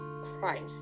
Christ